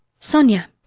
sonia.